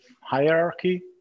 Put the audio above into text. hierarchy